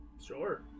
Sure